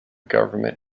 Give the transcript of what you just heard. government